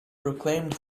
proclaimed